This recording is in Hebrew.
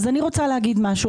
אז אני רוצה להגיד משהו.